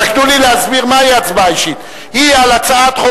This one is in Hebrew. רק תנו לי להסביר מהי ההצבעה האישית היא על הצעת חוק